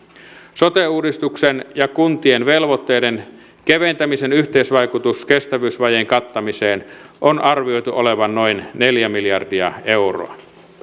sote uudistuksen ja kuntien velvoitteiden keventämisen yhteisvaikutuksen kestävyysvajeen kattamiseen on arvioitu olevan noin neljä miljardia euroa